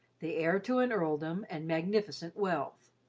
the heir to an earldom and magnificent wealth.